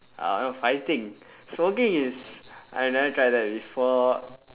uh fighting smoking is I never try that before